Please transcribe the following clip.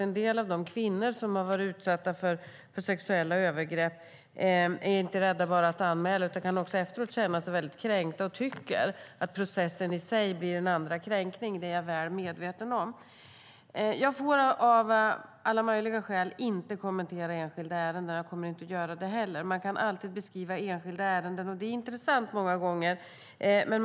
En del av de kvinnor som har varit utsatta för sexuella övergrepp är inte bara rädda för att anmäla utan kan efteråt känna sig kränkta och tycker att processen i sig blir en andra kränkning. Det är jag väl medveten om. Jag får av alla möjliga skäl inte kommentera enskilda ärenden, och jag kommer inte att göra det heller. Man kan alltid beskriva enskilda ärenden, och det är många gånger intressant.